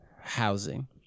housing